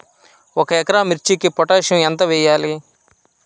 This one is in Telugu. ఒక ఎకరా మిర్చీకి పొటాషియం ఎంత వెయ్యాలి?